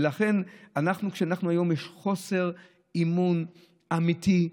ולכן היום יש חוסר אמון אמיתי,